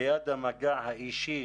ליד המגע האישי